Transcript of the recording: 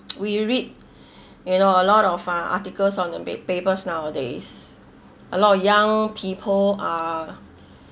we read you know a lot of uh articles on a pap~ papers nowadays a lot of young people are